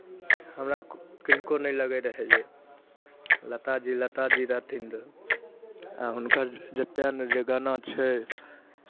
हमरा किनको नहि लगैत रहय जे लताजी लताजी रहथिन रहए आ हुनकर जतेक ने जे गाना छै